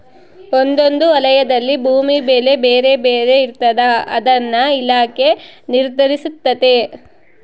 ಒಂದೊಂದು ವಲಯದಲ್ಲಿ ಭೂಮಿ ಬೆಲೆ ಬೇರೆ ಬೇರೆ ಇರ್ತಾದ ಅದನ್ನ ಇಲಾಖೆ ನಿರ್ಧರಿಸ್ತತೆ